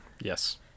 Yes